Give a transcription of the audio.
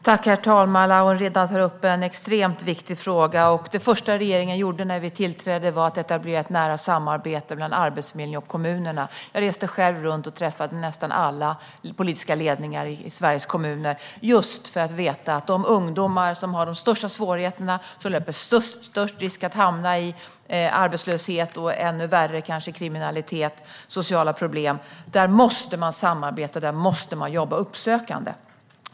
Herr talman! Lawen Redar tar upp en extremt viktig fråga. Det första som regeringen gjorde när den tillträdde var att etablera ett nära samarbete mellan Arbetsförmedlingen och kommunerna. Jag reste själv runt och träffade nästan alla politiska ledningar i Sveriges kommuner just för att veta att när det gäller de ungdomar som har de största svårigheterna och löper störst risk att hamna i arbetslöshet, och kanske ännu värre i kriminalitet eller sociala problem, måste man samarbeta och jobba uppsökande.